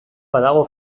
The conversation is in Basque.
badago